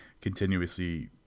continuously